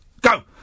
go